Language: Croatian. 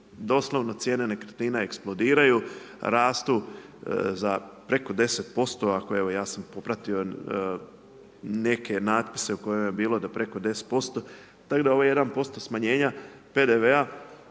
doslovno cijene nekretnina eksplodiraju, rastu za preko 10%, ja sam popratio neke natpise u kojima je bilo da preko 10% tako da ovaj 1% smanjenja PDV-a